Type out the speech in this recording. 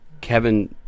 Kevin